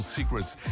Secrets